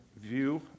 view